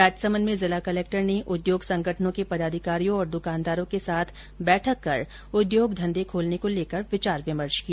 राजसमंद में जिला कलेक्टर ने उद्योग संगठनों के पदाधिकारियों और दुकानदारों के साथ बैठक कर उद्योग घंघे खोलने को लेकर विचार विमर्श किया